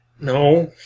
No